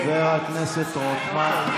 חבר הכנסת רוטמן,